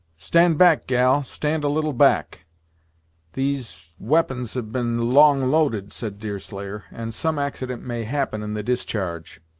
stand back, gal, stand a little back these we'pons have been long loaded, said deerslayer, and some accident may happen in the discharge.